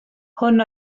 hwn